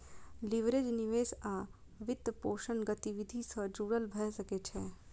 leverage निवेश आ वित्तपोषण गतिविधि सं जुड़ल भए सकै छै